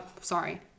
Sorry